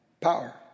Power